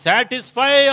Satisfy